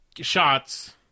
shots